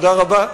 תודה רבה.